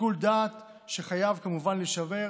שיקול דעת שחייב, כמובן, להישמר